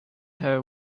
her